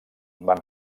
van